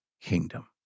kingdom